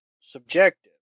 subjective